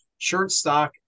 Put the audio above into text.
Shortstock